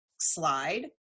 slide